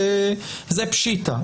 זה פשיטא.